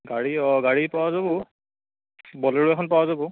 গাড়ী অঁ গাড়ী পোৱা যাব বলেৰ' এখন পোৱা যাব